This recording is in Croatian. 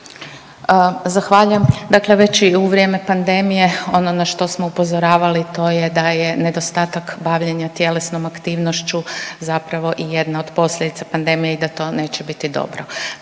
Zahvaljujem. Dakle, već i u vrijeme pandemije ono na što smo upozoravali to je da je nedostatak bavljenja tjelesnom aktivnošću zapravo i jedna od posljedica pandemije i da to neće biti dobro.